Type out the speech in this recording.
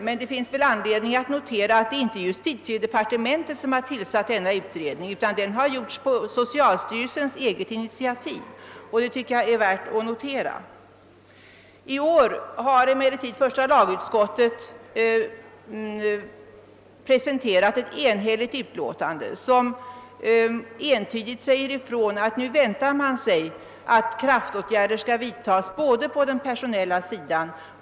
Men det finns anledning att notera att det inte är justitiedepartementet som har tillsatt denna utredning utan att det har gjorts på socialstyrelsens eget initiativ. I år har emellertid första lagutskottet presenterat ett enhälligt utlåtande som entydigt säger ifrån att man nu väntar sig att kraftåtgärder skall vidtas på den personella sidan.